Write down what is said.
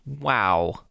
wow